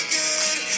good